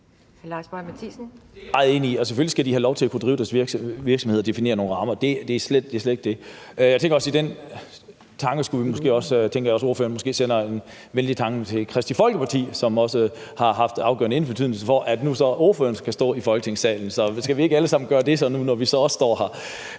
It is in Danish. Selvfølgelig skal de have lov til at kunne drive deres virksomhed og definere nogle rammer; det er slet ikke det. I den sammenhæng tænker jeg, at ordføreren måske også sender en venlig tanke til Kristeligt Folkeparti, som har haft en afgørende betydning for, at ordføreren kan stå i Folketingssalen. Så skal vi ikke alle sammen gøre det, når vi nu også står her?